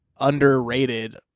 underrated